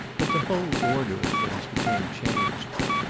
but the whole order of things became changed.